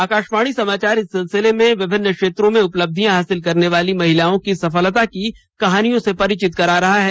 आकाशवाणी समाचार इस सिलसिले में विभिन्न क्षेत्रों में उपलब्धियां हासिल करने वाली महिलाओं की सफलता की कहानियों से परिचित करा रहा है